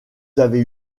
avez